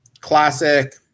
Classic